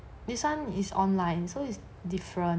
this one is online so it's different